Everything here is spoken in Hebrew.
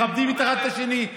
מכבדים אחד את השני,